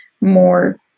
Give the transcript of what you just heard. more